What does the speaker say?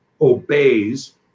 obeys